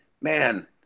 man